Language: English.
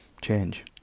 Change